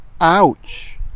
Ouch